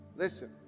listen